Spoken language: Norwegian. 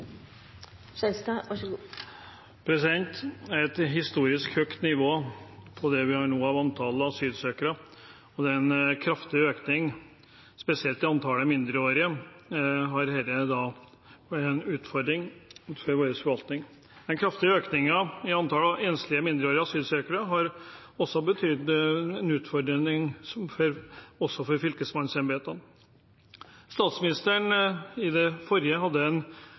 et historisk høyt nivå. Den kraftige økningen, spesielt i antallet mindreårige, har vært en utfordring for vår forvaltning. Den kraftige økningen i antallet enslige mindreårige asylsøkere har også betydd en utfordring for fylkesmannsembetene. Statsministeren ga i den forrige saken en